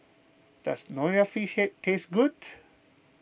does Nonya Fish Head taste good